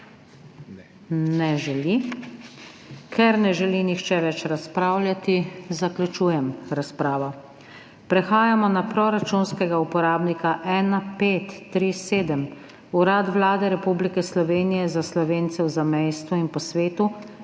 Ne želi. Ker ne želi nihče več razpravljati, zaključujem razpravo. Prehajamo na proračunskega uporabnika 1537 Urad Vlade Republike Slovenije za Slovence v zamejstvu in po svetu